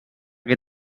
que